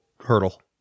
hurdle